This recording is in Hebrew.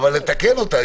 אבל לתקן אותה.